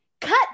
cut